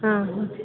હાં હાં